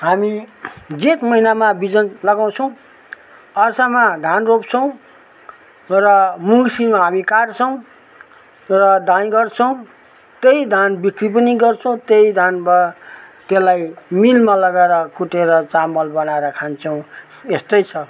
हामी जेठ महिनामा बिजन लगाउँछौँ असारमा धान रोप्छौँ र मङ्सिरमा हामी काट्छौँ र दाइँ गर्छौँ त्यही धान बिक्री पनि गर्छौँ त्यहीँ धान भयो त्यसलाई मिलमा लगेर कुटेर चामल बनाएर खान्छौँ यस्तै छ